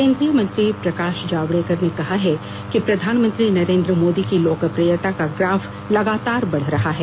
केंद्रीय मंत्री प्रकाश जावडेकर ने कहा है कि प्रधानमंत्री नरेन्द्र मोदी की लोकप्रियता का ग्राफ लगातार बढ़ रहा है